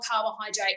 carbohydrate